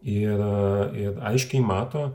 i a ir aiškiai mato